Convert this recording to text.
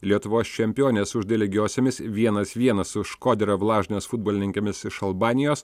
lietuvos čempionės sužaidė lygiosiomis vienas vienas su škoderio vlažnės futbolininkėmis iš albanijos